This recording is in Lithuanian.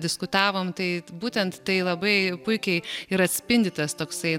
diskutavom tai būtent tai labai puikiai ir atspindi tas toksai